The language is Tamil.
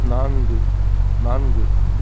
நான்கு நான்கு